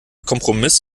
kompromiss